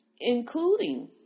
including